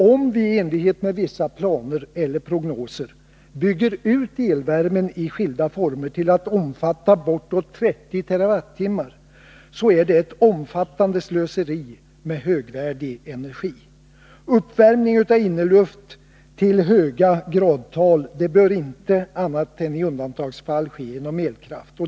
Om vi i enlighet med vissa planer eller prognoser bygger ut elvärmen i skilda former till att omfatta bortåt 30 TWh är det ett omfattande slöseri med högvärdig energi. Uppvärmningen av inneluft till höga gradtal bör inte annat än i undantagsfall ske genom elkraft.